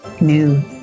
new